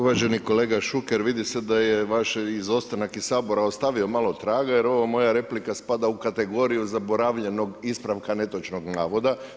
Uvaženi kolega Šuker, vidi se da je vaš izostanak iz Sabora ostavio malo traga jer ova moja replika spada u kategoriju zaboravljenog ispravka netočnog navoda.